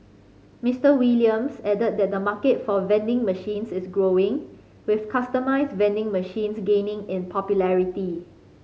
Mister Williams added that the market for vending machines is growing with customised vending machines gaining in popularity